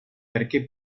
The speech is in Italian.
perché